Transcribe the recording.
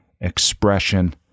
expression